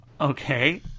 Okay